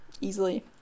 easily